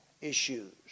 issues